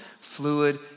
fluid